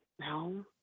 no